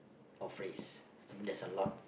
or phrase I mean there's a lot